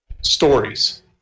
stories